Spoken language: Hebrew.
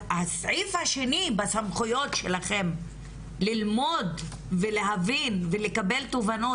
הסעיף השני בסמכויות שלכם ללמוד ולהבין ולקבל תובנות.